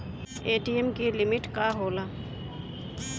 ATM की limit का होला?